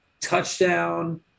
touchdown